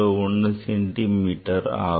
001சென்டி மீட்டர் ஆகும்